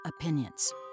opinions